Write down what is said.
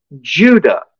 Judah